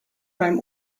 beim